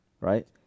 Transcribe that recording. right